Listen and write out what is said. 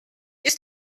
ist